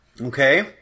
okay